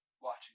watching